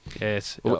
yes